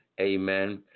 Amen